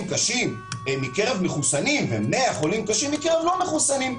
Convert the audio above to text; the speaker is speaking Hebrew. קשים מקרב מחוסנים ו-100 חולים קשים מקרב לא מחוסנים,